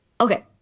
Okay